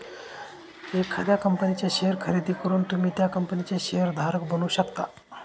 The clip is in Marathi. एखाद्या कंपनीचे शेअर खरेदी करून तुम्ही त्या कंपनीचे शेअर धारक बनू शकता